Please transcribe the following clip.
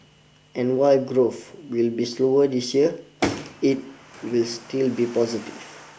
and while growth will be slower this year it will still be positive